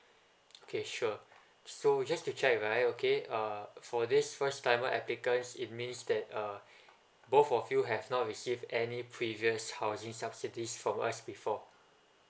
okay sure so just to check right okay uh for this first timer applicants it means that uh both of you have not receive any previous housing subsidies from us before